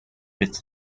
its